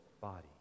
body